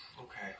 okay